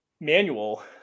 manual